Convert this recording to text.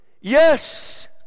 yes